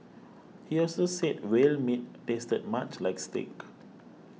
he also said whale meat tasted much like steak